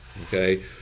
Okay